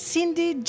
Cindy